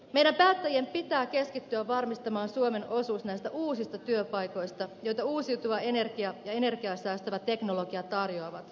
meidän päättäjien pitää keskittyä varmistamaan suomen osuus näistä uusista työpaikoista joita uusiutuva energia ja energiaa säästävä teknologia tarjoavat